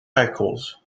cycles